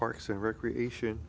parks and recreation